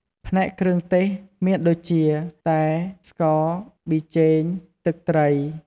ផ្នែកគ្រឿងទេស មានដូចជា តែ ស្ករ ប៊ីចេង ទឹកត្រី។